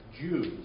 Jews